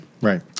Right